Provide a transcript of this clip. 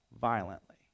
violently